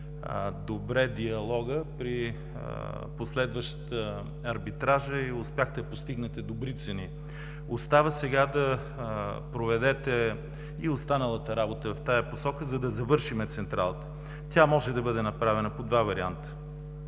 добре диалога при последващия арбитраж и успяхте да постигнете добри цени. Остава сега да проведете и останалата работа в тази посока, за да завършим централата. Тя може да бъде направена по два варианта